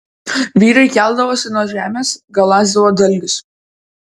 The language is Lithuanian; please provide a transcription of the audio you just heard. vyrai keldavosi nuo žemės galąsdavo dalgius